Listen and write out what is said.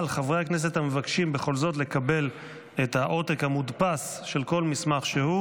אבל חברי הכנסת המבקשים בכל זאת לקבל את העותק המודפס של כל מסמך שהוא,